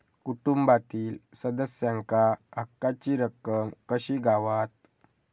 कुटुंबातील सदस्यांका हक्काची रक्कम कशी गावात?